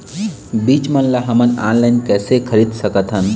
बीज मन ला हमन ऑनलाइन कइसे खरीद सकथन?